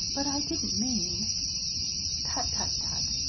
but i didn't mean tut, tut, tut!